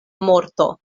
morto